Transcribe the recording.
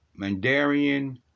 Mandarian